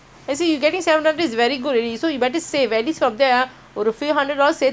few hundred ஆச்சும்சேத்துவச்சாநல்லதுதா:aachum seththu vacha nallathu tha